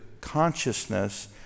consciousness